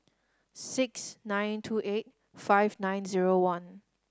six nine two eight five nine zero one